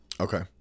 Okay